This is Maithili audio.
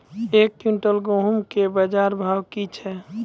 एक क्विंटल गेहूँ के बाजार भाव की छ?